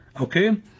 Okay